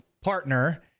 partner